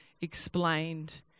explained